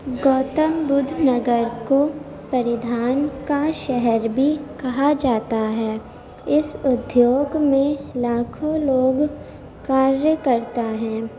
گوتم بدھ نگر کو پریدھان کا شہر بھی کہا جاتا ہے اس اودھیوگ میں لاکھوں لوگ کاریہ کرتا ہیں